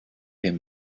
him